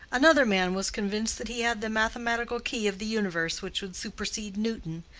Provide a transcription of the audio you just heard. another man was convinced that he had the mathematical key of the universe which would supersede newton,